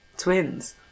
Twins